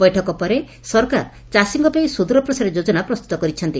ବୈଠକ ପରେ ସରକାର ଚାଷୀଙ୍କ ପାଇଁ ସୁଦୂରପ୍ରସାରୀ ଯୋଜନା ପ୍ରସ୍ତୁତ କରୁଛନ୍ତି